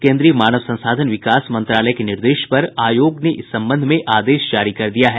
केंद्रीय मानव संसाधन विकास मंत्रालय के निर्देश पर आयोग ने इस संबंध में आदेश जारी कर दिया है